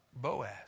Boaz